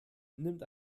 nimmt